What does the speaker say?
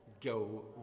go